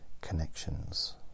connections